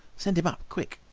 send him up, quick.